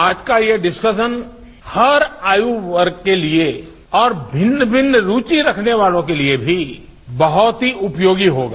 आज का ये डिस्काशन हर आयु वर्ग के लिए और भिन्न भिन्न रुचि रखने वालों के लिए भी बहुत ही उपयोगी होगा